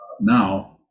now